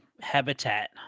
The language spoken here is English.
habitat